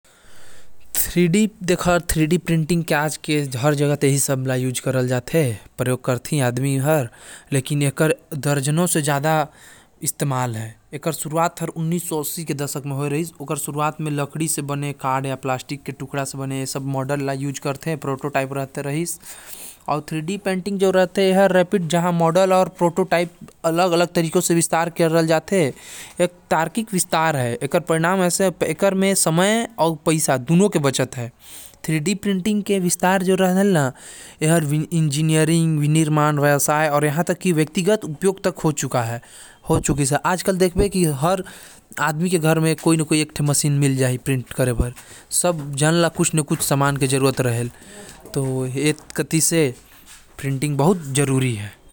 Three D printing हर अपन इस्तेमाल करे वाला से डेमो ले लेथे की ओला कोन सा वस्तु चाही ओकर बाद ओ प्रिंट निकाल के देथे। जो वास्तविक समान से मिलता जुलता रहेल।